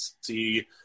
see